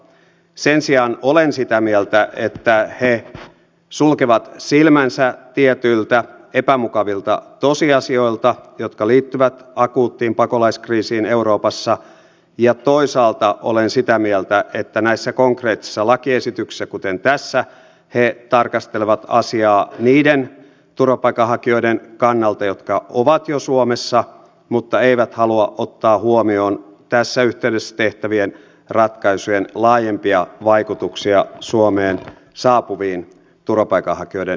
sen sijaan olen sitä mieltä että he sulkevat silmänsä tietyiltä epämukavilta tosiasioilta jotka liittyvät akuuttiin pakolaiskriisiin euroopassa ja toisaalta olen sitä mieltä että näissä konkreettisissa lakiesityksissä kuten tässä he tarkastelevat asiaa niiden turvapaikanhakijoiden kannalta jotka ovat jo suomessa mutta eivät halua ottaa huomioon tässä yhteydessä tehtävien ratkaisujen laajempia vaikutuksia suomeen saapuvien turvapaikanhakijoiden määriin